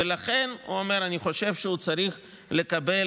ולכן, הוא אומר, אני חושב שהוא צריך לקבל